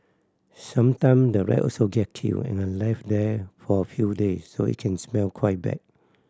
sometime the rat also get killed and are left there for a few days so it can smell quite bad